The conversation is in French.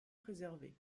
préservée